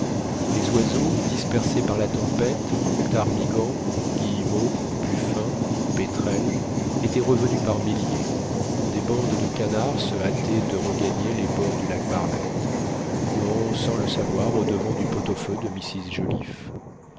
les oiseaux dispersés par la tempête ptarmigans guillemots puffins pétrels étaient revenus par milliers des bandes de canards se hâtaient de regagner les bords du lac barnett courant sans le savoir audevant du pot-au-feu de